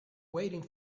waiting